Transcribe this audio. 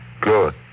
good